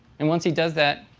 and once he does that,